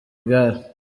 igare